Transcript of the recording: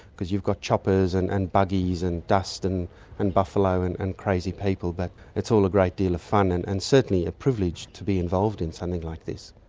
cause you've got choppers and and buggies and dust and and buffalo and crazy people. but it's all a great deal of fun, and and certainly a privilege to be involved in something like this.